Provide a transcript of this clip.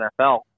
NFL